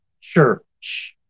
church